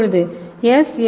இப்போது எஸ்